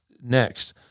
next